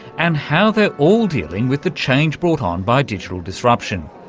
and how they're all dealing with the change brought on by digital disruption.